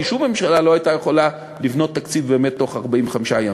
כי שוב הממשלה לא הייתה יכולה לבנות תקציב באמת בתוך 45 ימים.